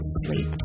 sleep